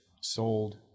sold